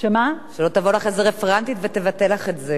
לא,